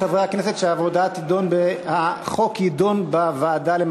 הרחבת מעגל הזכאים למענק לימודים) עברה ותידון בוועדת העבודה והרווחה.